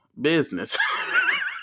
business